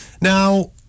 Now